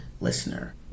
listener